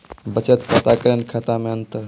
बचत खाता करेंट खाता मे अंतर?